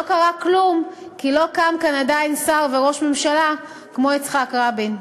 לא קרה כלום כי לא קם כאן עדיין שר וראש ממשלה כמו יצחק רבין,